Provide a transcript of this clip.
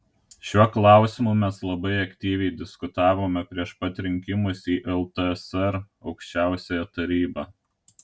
šiuo klausimu mes labai aktyviai diskutavome prieš pat rinkimus į ltsr aukščiausiąją tarybą